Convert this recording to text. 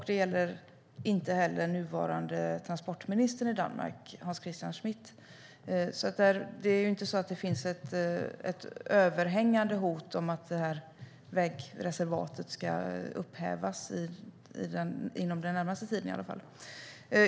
Det gäller inte heller den nuvarande transportministern i Danmark, Hans Christian Schmidt, så det finns inget överhängande hot om att det här vägreservatet ska upphävas - i alla fall inte inom den närmaste tiden.